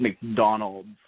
McDonald's